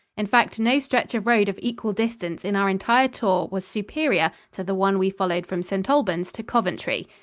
in fact, no stretch of road of equal distance in our entire tour was superior to the one we followed from st. albans to coventry.